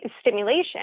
stimulation